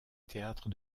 théâtre